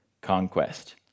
conquest